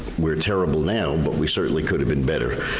we're terrible now, but we certainly could have been better.